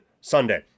Sunday